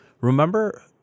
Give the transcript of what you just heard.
remember